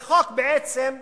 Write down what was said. זה חוק, בעצם,